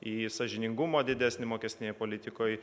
į sąžiningumą didesnį mokestinėj politikoj